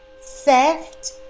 theft